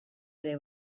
ere